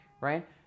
right